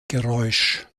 geräusch